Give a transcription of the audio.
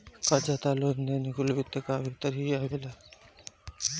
कर्जा कअ लेन देन कुल वित्त कअ भितर ही आवेला